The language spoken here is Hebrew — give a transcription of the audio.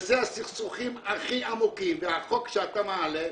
וזה הסכסוכים הכי עמוקים, והחוק שאתה מעלה,